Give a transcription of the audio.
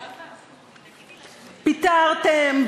פיטרתם,